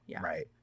right